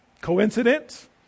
Coincidence